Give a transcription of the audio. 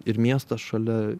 ir miestas šalia